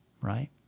right